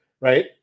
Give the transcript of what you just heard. right